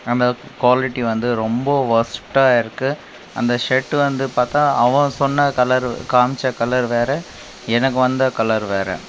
அந்த குவாலிட்டி வந்து ரொம்ப ஒஸ்ட்டாக இருக்குது அந்த ஷர்ட் வந்து பார்த்தா அவன் சொன்ன கலரு காமிச்ச கலரு வேறே எனக்கு வந்த கலர் வேறே